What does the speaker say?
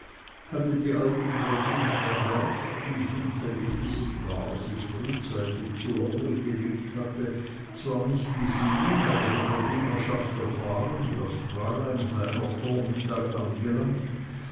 hatte die alte gräfin travers die hinfällig wie sie war sich frühzeitig zur ruhe gelegt hatte zwar nicht gesehn aber von der dienerschaft erfahren das fräulein sei noch vor mittag angelangt